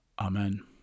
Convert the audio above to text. Amen